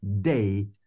day